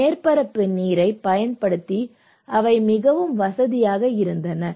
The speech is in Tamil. மேற்பரப்பு நீரைப் பயன்படுத்தி அவை மிகவும் வசதியாக இருந்தன